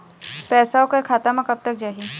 पैसा ओकर खाता म कब तक जाही?